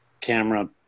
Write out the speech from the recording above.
camera